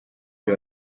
byo